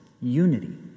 unity